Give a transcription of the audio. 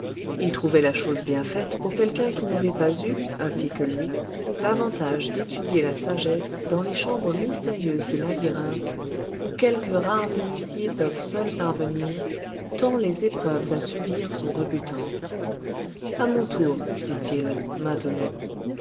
il trouvait la chose bien faite pour quelqu'un qui n'avait pas eu ainsi que lui l'avantage d'étudier la sagesse dans les chambres mystérieuses du labyrinthe où quelques rares initiés peuvent seuls parvenir tant les épreuves à subir sont rebutantes à mon tour dit-il maintenant